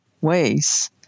ways